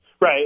Right